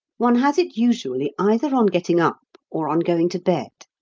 one has it usually either on getting up or on going to bed.